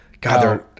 God